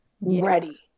Ready